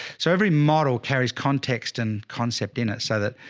so every model carries context and concept in it. so that,